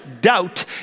doubt